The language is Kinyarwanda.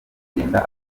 kugenda